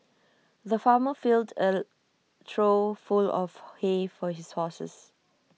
the farmer filled A trough full of hay for his horses